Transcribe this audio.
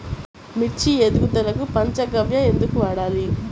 మిర్చి ఎదుగుదలకు పంచ గవ్య ఎందుకు వాడాలి?